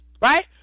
Right